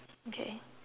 okay